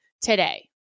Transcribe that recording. today